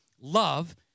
love